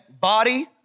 Body